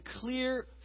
clear